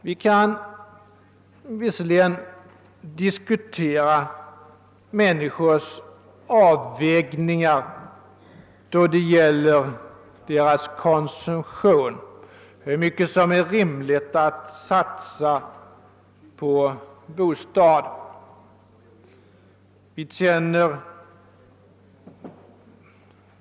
Vi kan visserligen diskutera människors avvägningar av sin konsumtion, hur mycket som är rimligt att satsa på bostaden.